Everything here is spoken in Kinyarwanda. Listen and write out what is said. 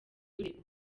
uregwa